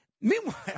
Meanwhile